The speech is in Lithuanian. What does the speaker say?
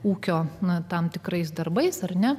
ūkio na tam tikrais darbais ar ne